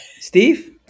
Steve